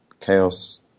Chaos